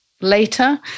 later